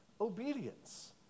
obedience